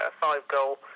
five-goal